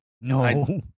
no